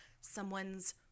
someone's